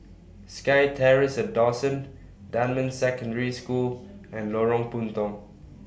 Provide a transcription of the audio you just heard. Sky Terrace At Dawson Dunman Secondary School and Lorong Puntong